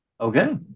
Okay